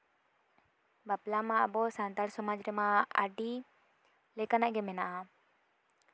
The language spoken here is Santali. ᱵᱟᱯᱞᱟ ᱢᱟ ᱟᱵᱚ ᱥᱟᱱᱛᱟᱲ ᱥᱚᱢᱟᱡᱽ ᱨᱮᱢᱟ ᱟᱹᱰᱤ ᱞᱮᱠᱟᱱᱟᱜ ᱜᱮ ᱢᱮᱱᱟᱜᱼᱟ